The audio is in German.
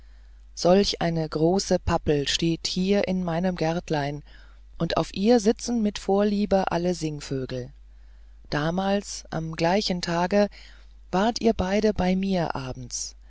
solch eine große pappel steht hier in meinem gärtlein und auf ihr sitzen mit vorliebe alle singvögel damals am gleichen tage wart ihr beide bei mir abends